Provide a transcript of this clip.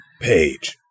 page